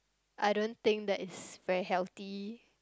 I don't think that is very healthy